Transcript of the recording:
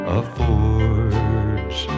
affords